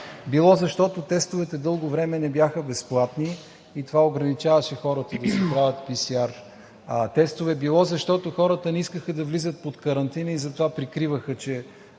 Било защото тези тестове дълго време не бяха безплатни и това ограничаваше хората да си правят PCR тестове, било защото хората не искаха да влизат под карантина и затова прикриваха, че